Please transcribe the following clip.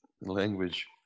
language